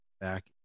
back